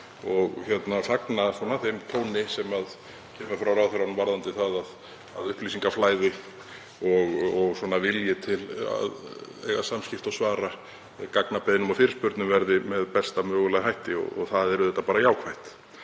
og fagna þeim tóni sem kemur frá ráðherranum varðandi það að upplýsingaflæði og vilji til að eiga samskipti og svara gagnabeiðnum og fyrirspurnum verði með besta mögulega hætti. Það er auðvitað bara jákvætt.